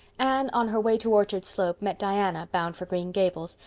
anne, on her way to orchard slope, met diana, bound for green gables,